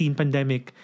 pandemic